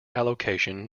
allocation